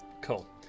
Cool